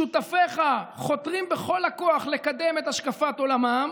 שותפיך חותרים בכל הכוח לקדם את השקפת עולמם,